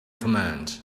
command